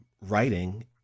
writing